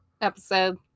episode